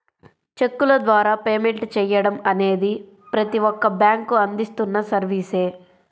చెక్కుల ద్వారా పేమెంట్ చెయ్యడం అనేది ప్రతి ఒక్క బ్యేంకూ అందిస్తున్న సర్వీసే